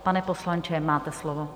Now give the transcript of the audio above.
Pane poslanče, máte slovo.